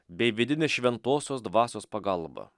bei vidinės šventosios dvasios pagalba